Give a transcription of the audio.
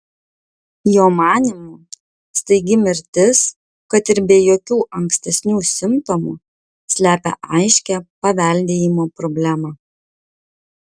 jo manymu staigi mirtis kad ir be jokių ankstesnių simptomų slepia aiškią paveldėjimo problemą